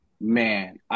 man